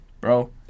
bro